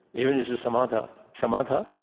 even if some other shamatha,